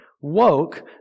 woke